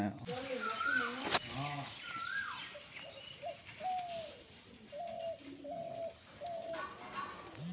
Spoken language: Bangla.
ওয়াইল্ডলাইফ ফার্মিং হছে ইক ধরলের চাষ যেট ব্যইলে ক্যরা হ্যয়